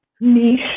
Niche